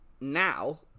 Now